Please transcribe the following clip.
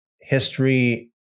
history